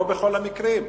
לא בכל המקרים.